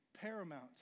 paramount